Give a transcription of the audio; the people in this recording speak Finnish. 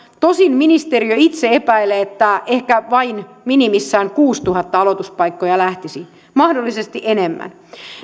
tosin ministeriö itse epäilee että ehkä vain minimissään kuusituhatta aloituspaikkaa lähtisi mahdollisesti enemmän